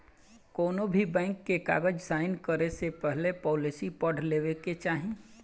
कौनोभी बैंक के कागज़ साइन करे से पहले पॉलिसी पढ़ लेवे के चाही